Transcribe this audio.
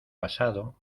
pasado